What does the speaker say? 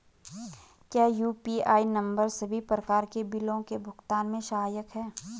क्या UPI number सभी प्रकार के बिलों के भुगतान में सहायक हैं?